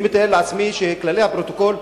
אני מתאר לעצמי שכללי הפרוטוקול,